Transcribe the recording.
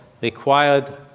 required